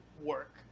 work